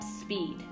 speed